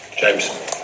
James